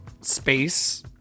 space